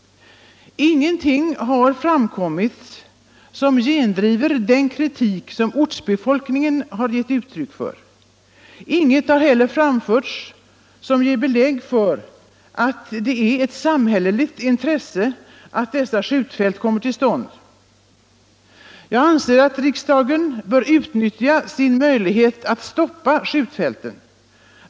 Inget har framförts som gendriver den kritik som ortsbefolkningen har gett uttryck för. Inget har heller framförts som ger belägg för att det är ett samhälleligt intresse att dessa skjutfält kommer till stånd. Riksdagen bör utnyttja sin möjlighet att stoppa skjut fälten.